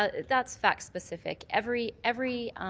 but that's fact specific. every every